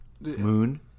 Moon